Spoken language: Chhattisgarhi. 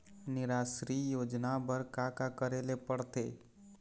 निराश्री योजना बर का का करे ले पड़ते?